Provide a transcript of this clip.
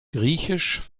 griechisch